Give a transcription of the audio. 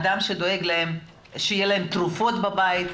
אדם שדואג שיהיו להם תרופות בבית,